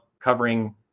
covering